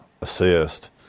assist